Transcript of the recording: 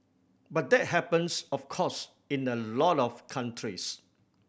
but that happens of course in a lot of countries